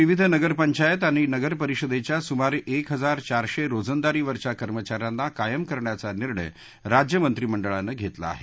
राज्यातल्या विविध नगर पंचायत आणि नगर परिषदेच्या सुमारे एक हजार चारशे रोजंदारीवरच्या कर्मचाऱ्यांना कायम करण्याचा निर्णय राज्य मंत्रिमंडळानं घेतला आहे